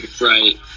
Right